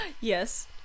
Yes